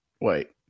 wait